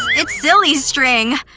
it's silly string,